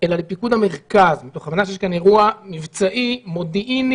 אלא לפיקוד המרכז מתוך הבנה שיש כאן אירוע מבצעי מודיעיני